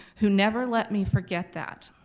who never let me forget that.